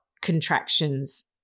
contractions